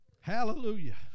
Hallelujah